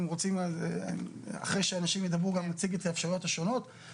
אם רוצים נציג גם את האפשרויות השונות,